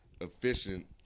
efficient